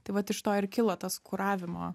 tai vat iš to ir kilo tas kuravimo